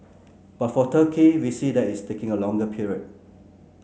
but for Turkey we see that its taking a longer period